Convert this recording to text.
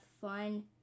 fun